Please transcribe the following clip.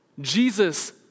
Jesus